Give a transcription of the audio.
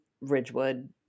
Ridgewood